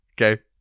Okay